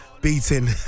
beating